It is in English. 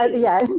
ah yeah,